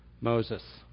Moses